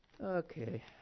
Okay